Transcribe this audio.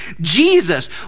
Jesus